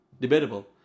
debatable